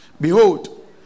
Behold